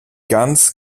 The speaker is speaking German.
ganz